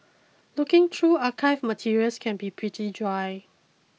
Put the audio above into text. looking through archived materials can be pretty dry